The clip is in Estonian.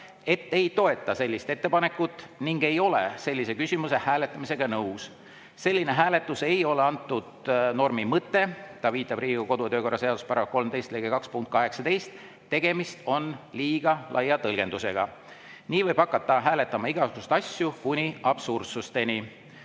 ta ei toeta sellist ettepanekut ning ei ole sellise küsimuse hääletamisega nõus. Selline hääletus ei ole selle normi mõte – ta viitab Riigikogu kodu- ja töökorra seaduse § 13 lõike 2 punktile 18 –, tegemist on liiga laia tõlgendusega. Nii võib hakata hääletama igasuguseid asju kuni absurdsusteni.